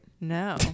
No